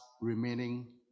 remaining